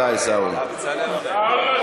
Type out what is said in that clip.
תודה, עיסאווי.